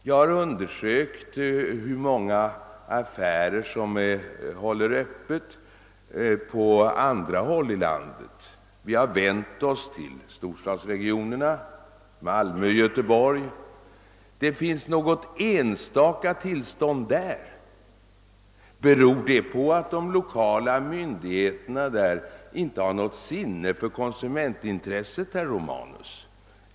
Jag har undersökt hur många affärer som håller öppet på andra håll i landet. Vi har vänt oss till storstadsregionerna — Malmö och Göteborg. Det finns något enstaka tillstånd där. Beror det på att de lokala myndigheterna inte har något sinne för konsumentbehovet, herr Romanus?